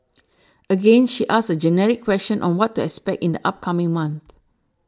again she asks a generic question on what to expect in the upcoming month